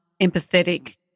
empathetic